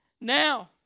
now